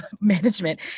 management